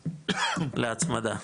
להצמדה.